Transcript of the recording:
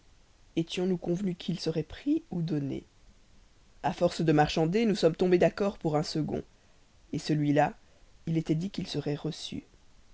etions nous convenus qu'il serait pris ou donné a force de marchander nous sommes tombés d'accord pour un second celui-là il était dit qu'il serait reçu